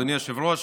אדוני היושב-ראש,